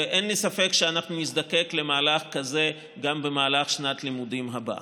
אין לי ספק שאנחנו נזדקק למהלך כזה גם במהלך שנת לימודים הבאה.